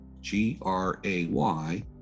G-R-A-Y